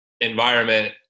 environment